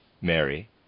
Mary